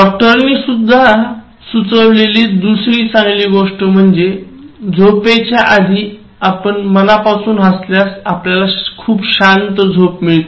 डॉक्टरांनी सुचविलेली दुसरी चांगली गोष्ट म्हणजे झोपेच्या आधी आपण मनापासून हसल्यास आपल्याला खूप शांत झोप मिळेल